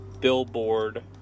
billboard